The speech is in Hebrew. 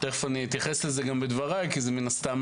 תיכף אתייחס לזה גם בדבריי כי זה מן הסתם